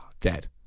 Dead